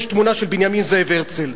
יש תמונה של בנימין זאב הרצל.